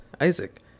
isaac